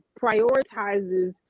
prioritizes